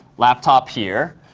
laptop here.